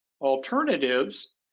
alternatives